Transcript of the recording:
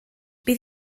bydd